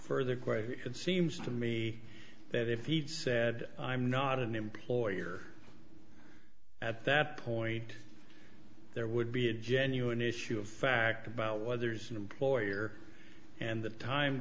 it seems to me that if he said i'm not an employer at that point there would be a genuine issue of fact about whether there's an employer and the time